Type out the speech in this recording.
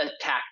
attack